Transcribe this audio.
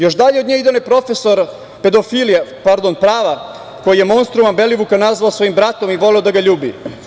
Još dalje od nje ide onaj profesor pedofilije, pardon prava, koji je monstruma Belivuka nazvao svojim bratom i voleo da ga ljubi.